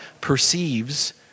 perceives